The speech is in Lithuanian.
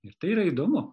ir tai yra įdomu